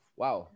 wow